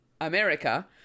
America